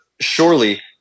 surely